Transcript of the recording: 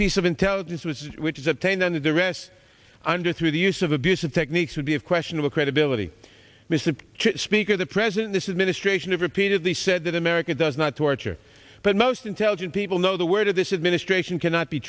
piece of intelligence which is which is obtained under duress under through the use of abusive techniques would be of questionable credibility mr speaker the president this administration have repeatedly said that america does not torture but most intelligent people know the word of this administration cannot be